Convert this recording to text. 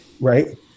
right